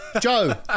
Joe